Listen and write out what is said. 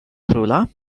króla